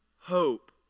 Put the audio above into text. hope